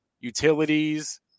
utilities